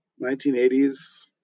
1980s